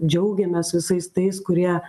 džiaugiamės visais tais kurie